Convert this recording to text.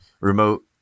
remote